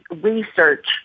research